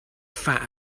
fat